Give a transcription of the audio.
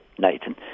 Nathan